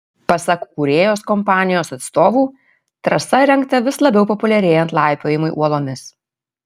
pasak kūrėjos kompanijos atstovų trasa įrengta vis labiau populiarėjant laipiojimui uolomis